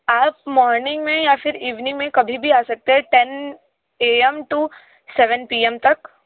आप मॉर्निंग में या फिर इवनिंग में कभी भी आ सकते हैं ten a m to seven p m तक